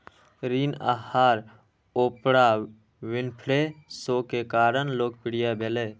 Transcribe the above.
ऋण आहार Oprah Winfrey show के कारण लोकप्रिय भेलै